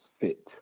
fit